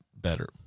better